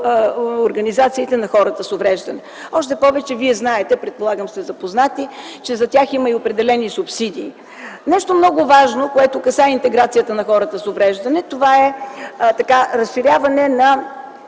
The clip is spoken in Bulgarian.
организациите на хората с увреждания. Още повече, вие знаете – предполагам, сте запознати, че за тях има и определени субсидии. Нещо, което е много важно и касае интеграцията на хората с увреждания, е разширяване на